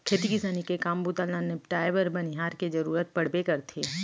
खेती किसानी के काम बूता ल निपटाए बर बनिहार के जरूरत पड़बे करथे